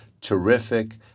terrific